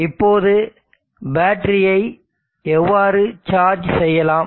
இப்போது பேட்டரியை எவ்வாறு சார்ஜ் செய்யலாம்